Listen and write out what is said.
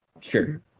Sure